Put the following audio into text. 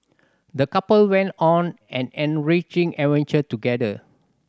the couple went on an enriching adventure together